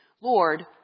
Lord